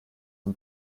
dem